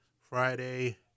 Friday